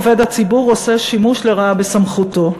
עובר הציבור עושה שימוש לרעה בסמכותו.